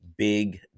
big